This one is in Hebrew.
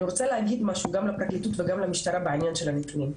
אני רוצה להגיד משהו גם לפרקליטות וגם למשטרה בענין של המקרים.